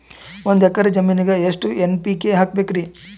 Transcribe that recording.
ಒಂದ್ ಎಕ್ಕರ ಜಮೀನಗ ಎಷ್ಟು ಎನ್.ಪಿ.ಕೆ ಹಾಕಬೇಕರಿ?